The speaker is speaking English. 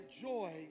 joy